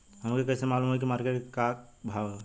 हमके कइसे मालूम होई की मार्केट के का भाव ह?